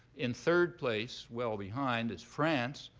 in third place, well behind, is france.